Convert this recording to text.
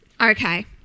Okay